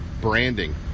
branding